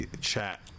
chat